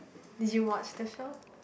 did you watch the show